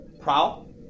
Prowl